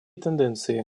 тенденции